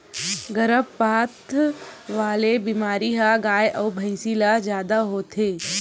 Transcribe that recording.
गरभपात वाला बेमारी ह गाय अउ भइसी ल जादा होथे